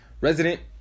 resident